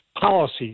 policies